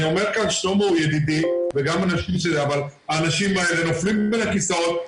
שלמה הוא ידידי וגם --- אבל האנשים האלה נופלים בין הכיסאות,